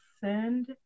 send